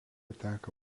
teka